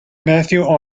matthew